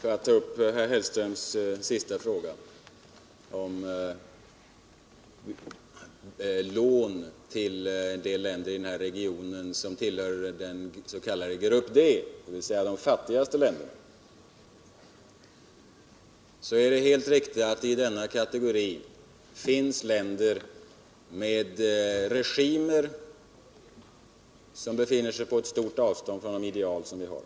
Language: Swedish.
För att ta upp herr Hellströms sista fråga om lån till en del länder i den s.k. grupp D, dvs. de fattigaste länderna, vill jag säga att det är riktigt att det i denna kategori finns länder med regimer, som befinner sig på ett stort avstånd från de ideal som vi har.